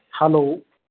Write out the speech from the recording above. hello